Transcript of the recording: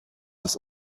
das